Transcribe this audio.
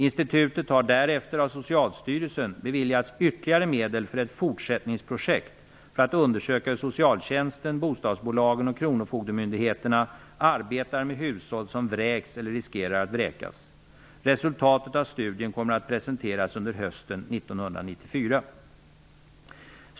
Institutet har därefter av Socialstyrelsen beviljats ytterligare medel för ett fortsättningsprojekt för att undersöka hur socialtjänsten, bostadsbolagen och kronofogdemyndigheterna arbetar med hushåll som vräks eller riskerar att vräkas. Resultatet av studien kommer att presenteras under hösten 1994.